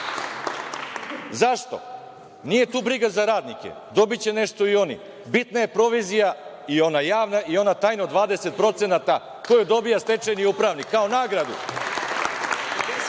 posla.Zašto? Nije tu briga za radnike, dobiće nešto i oni, bitna je provizija i ona javna i ona tajna, 20% koje dobija stečeni upravnik, kao nagradu.